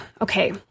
okay